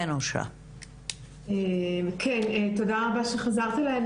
תודה רבה שחזרת אלי.